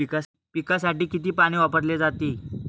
पिकांसाठी किती पाणी वापरले जाते?